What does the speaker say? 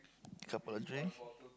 couple of drink